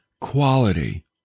quality